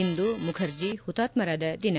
ಇಂದು ಮುಖರ್ಜಿ ಹುತಾತ್ಸರಾದ ದಿನ